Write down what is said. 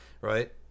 right